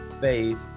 faith